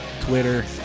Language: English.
Twitter